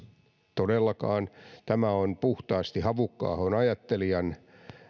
todellakaan tämä on puhtaasti havukka ahon ajattelijan